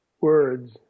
words